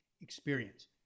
Experience